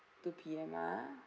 two P_M ah